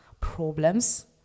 problems